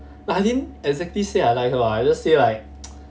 like I didn't exactly say I like her what I just say like